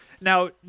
now